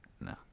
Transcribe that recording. No